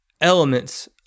elements